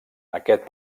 aquest